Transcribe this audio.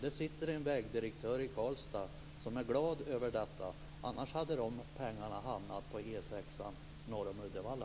Det sitter en vägdirektör i Karlstad som är glad över detta. Annars hade de pengarna hamnat på E 6:an norr om Uddevalla.